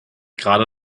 gerade